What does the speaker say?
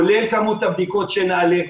כולל כמות הבדיקות שנעלה.